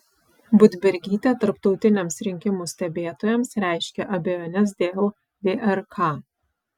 budbergytė tarptautiniams rinkimų stebėtojams reiškia abejones dėl vrk